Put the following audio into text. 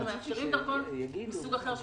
אנחנו מאפשרים דרכון מסוג אחר,